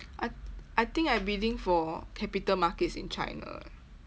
I I think I bidding for capital markets in china